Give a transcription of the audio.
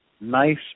nice